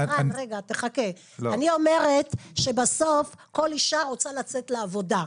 אני אומרת שבסוף כל אישה רוצה לצאת לעבודה.